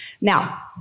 Now